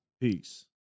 Peace